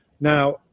Now